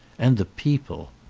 and the people.